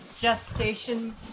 gestation